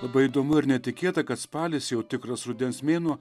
labai įdomu ir netikėta kad spalis jau tikras rudens mėnuo